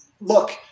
look